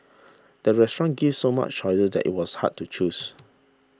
the restaurant gave so many choices that it was hard to choose